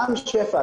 רם שפע,